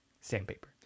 sandpaper